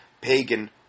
pagan